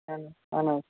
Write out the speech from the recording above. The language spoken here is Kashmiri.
اَہَِن حظ اَہَن حظ